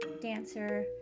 dancer